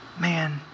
Man